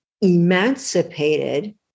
emancipated